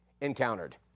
encountered